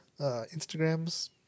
Instagram's